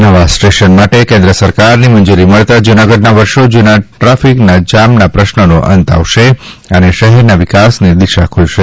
નવા સ્ટેશન માટે કેન્દ્ર સરકારની મંજૂરી મળતા જુનાગઢના વર્ષો જૂના ટ્રાફિક જામના પ્રશ્નનો અંત આવશે અને શહેરના વિકાસની દિશા ખુલશે